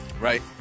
Right